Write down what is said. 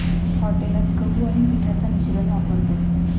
हॉटेलात गहू आणि पिठाचा मिश्रण वापरतत